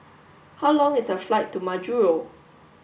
how long is the flight to Majuro